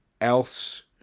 else